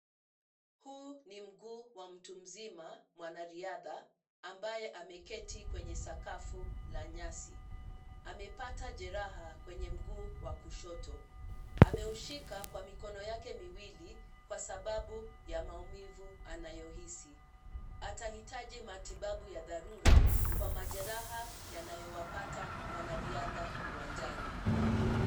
Huu ni mguu wa mtu mzima, mwanariadha ambaye ameketi kwenye sakafu la nyasi. Amepata jeraha kwenye mguu wa kushoto. Ameushika kwa mikono yote miwili kwa sababu ya maumivu anayohisi. Atahitaji matibabu ya dharura kwa majeraha yanayowapata wanariadha uwanjani.